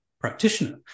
practitioner